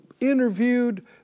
interviewed